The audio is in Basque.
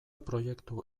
proiektu